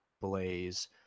Blaze